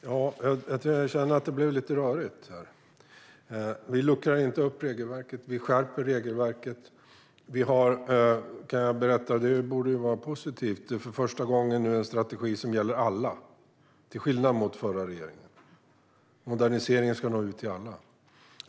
Fru talman! Jag känner att det blev lite rörigt här. Vi luckrar inte upp regelverket. Vi skärper regelverket. Jag kan berätta att vi nu för första gången, vilket borde vara positivt, har en strategi som gäller alla - till skillnad mot den förra regeringen. Moderniseringen ska nå ut till alla.